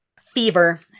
Fever